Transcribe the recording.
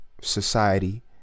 society